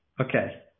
Okay